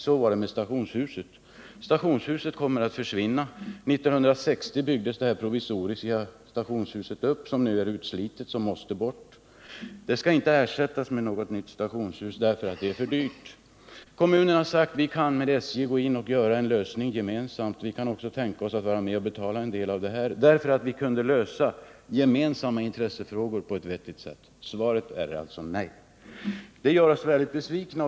Så var det med stationshuset. Stationshuset kommer att försvinna. År 1960 byggdes det provisoriska stationshus upp som nu är utslitet och måste bort. Det skall inte ersättas med något nytt stationshus, eftersom detta skulle bli för dyrt. Kommunen har sagt att man kan tänka sig att lösa problemet tillsammans med SJ, och man kan också tänka sig att betala en del av kostnaderna på grund av att gemensamma intressefrågor då kunde lösas på ett vettigt sätt. Men svaret är alltså nej. Detta gör oss väldigt besvikna.